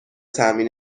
تأمین